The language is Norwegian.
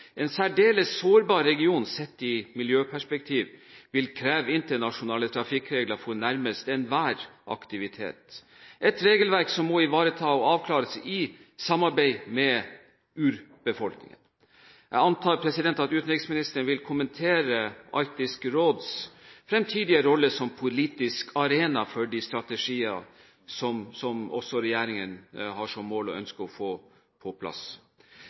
En særdeles sårbar region sett i miljøperspektiv vil kreve internasjonale trafikkregler for nærmest enhver aktivitet – et regelverk som må ivaretas og avklares i samarbeid med urbefolkningen. Jeg antar at utenriksministeren vil kommentere Arktisk råds fremtidige rolle som politisk arena for de strategier som også regjeringen har som mål å ønske å få på plass.